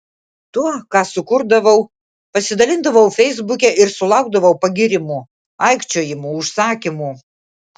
tuo ką sukurdavau pasidalindavau feisbuke ir sulaukdavau pagyrimų aikčiojimų užsakymų